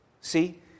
See